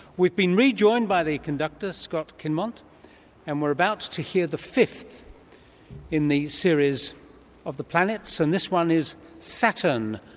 we've been rejoined by the conductor scott kinmont and we're about to hear the fifth in the series of the planets and this one is saturn,